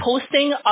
posting